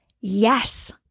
Yes